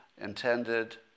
intended